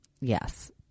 Yes